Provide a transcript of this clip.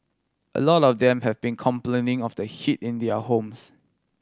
a lot of them have been complaining of the heat in their homes